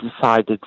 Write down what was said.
decided